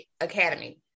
academy